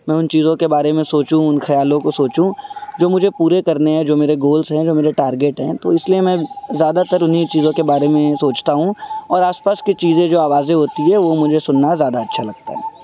میں ان چیزوں کے بارے میں سوچوں ان خیالوں کو سوچوں جو مجھے پورے کرنے ہیں جو میرے گولس ہیں جو میرے ٹارگیٹ ہیں تو اس لیے میں زیادہ تر انہیں چیزوں کے بارے میں سوچتا ہوں اور آس پاس کی چیزیں جو آوازیں ہوتی ہے وہ مجھے سننا زیادہ اچھا لگتا ہے